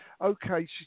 okay